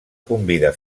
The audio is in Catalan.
convida